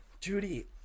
Judy